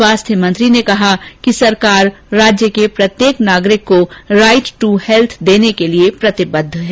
स्वास्थ्य मंत्री ने कहा कि सरकार राज्य के प्रत्येक नागरिकको राइट दू हैत्थ देने के लिए प्रतिबद्ध है